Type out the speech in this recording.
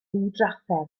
ddidrafferth